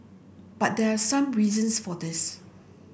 but there are some reasons for this